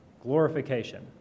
glorification